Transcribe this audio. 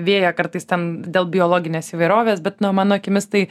vėją kartais ten dėl biologinės įvairovės bet na o mano akimis tai